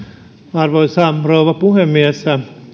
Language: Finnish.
arvoisa rouva puhemies